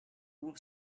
would